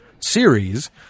series